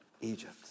Egypt